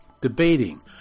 debating